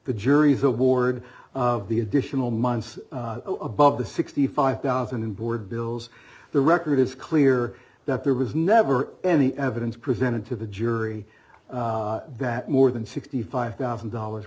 the jury's award of the additional months above the sixty five thousand dollars and board bills the record is clear that there was never any evidence presented to the jury that more than sixty five thousand dollars